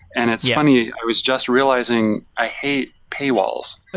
and it's funny, i was just realizing, i hate pay-walls. ah